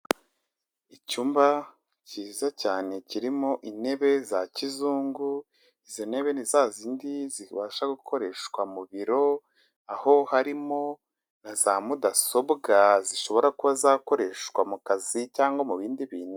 Icyumba kiza cyane kirimo intebe za kizungu; izi intebe ni za zindi zibasha kuba zakoreshwa mu biro aho harimo na za mudasobwa zishobora kuba zakoreshwa mu kazi cyangwa mu bindi bintu.